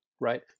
right